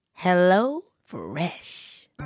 HelloFresh